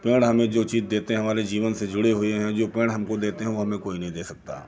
पेड़ हमें जो चीज देते हैं हमारे जीवन से जुड़ी हुए हैं जो पेड़ हमको देते हैं वो हमें कोई नहीं दे सकता